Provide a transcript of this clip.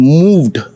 moved